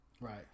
Right